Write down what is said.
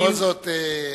בכל זאת,